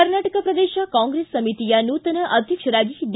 Karnataka Pradesh Congress ಸಮಿತಿಯ ನೂತನ ಅಧ್ಯಕ್ಷರಾಗಿ ಡಿ